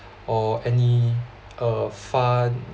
or any uh fun